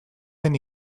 den